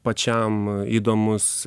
pačiam įdomus